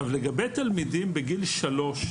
לגבי תלמידים בגיל שלוש,